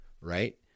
Right